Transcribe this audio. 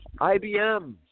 IBM